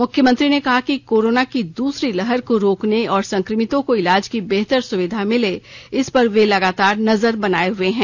मुख्यमंत्री ने कहा कि कोरोना की दूसरी लहर को रोकने और संक्रमितों को इलाज की बेहत सुविधा मिले इस पर वे लगातार नजर बनाये हुए हैं